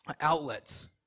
outlets